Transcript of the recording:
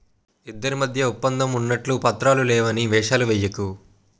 ఇద్దరి మధ్య ఒప్పందం ఉన్నట్లు పత్రాలు ఏమీ లేవని ఏషాలెయ్యకు